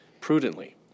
prudently